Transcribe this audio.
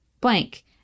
blank